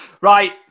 Right